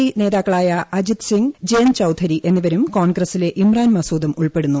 D നേതാക്കളായ അജിത്സിങ് ജയന്ത്ചൌധരി എന്നിവരും കോൺഗ്രസിലെ ഇമ്രാൻമസൂദും ഉൾപ്പെടുന്നു